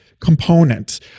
component